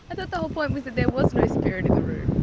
i thought the whole point was that there was no spirit in the room.